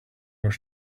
were